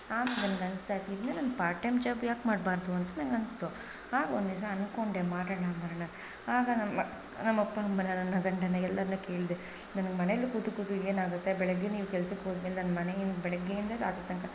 ಆಮೇಲೆ ನನ್ಗನಿಸ್ತಾಯಿತ್ತು ಇದನ್ನೆ ನಾನು ಪಾರ್ಟ್ ಟೈಮ್ ಜಾಬ್ ಯಾಕೆ ಮಾಡಬಾರ್ದು ಅಂತ ನಂಗನಿಸ್ತು ಆಮೇಲೆ ಒಂದಿವ್ಸ ಅನ್ಕೊಂಡೆ ಮಾಡೋಣ ಮಾಡೋಣ ಆಗ ನಮ್ಮ ನಮ್ಮಅಪ್ಪ ಅಮ್ಮನ್ನ ನನ್ನ ಗಂಡನ್ನ ಎಲ್ಲರನ್ನೂ ಕೇಳಿದೆ ನನಗ್ ಮನೆಯಲ್ಲಿ ಕೂತು ಕೂತು ಏನಾಗುತ್ತೆ ಬೆಳಗ್ಗೆ ನೀವು ಕೆಲಸಕ್ಕೋದ್ಮೇಲೆ ನನ್ಗೆ ಮನೆಯಿಂದ ಬೆಳಗ್ಗೆಯಿಂದ ರಾತ್ರಿ ತನಕ